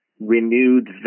renewed